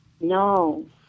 No